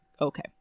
Okay